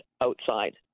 outside